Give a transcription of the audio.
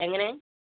എങ്ങനെ